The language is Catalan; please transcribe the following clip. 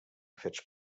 fets